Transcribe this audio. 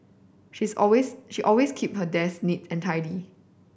she's always she always keep her desk neat and tidy